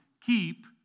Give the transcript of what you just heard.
keep